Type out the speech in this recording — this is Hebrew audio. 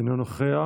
אינו נוכח.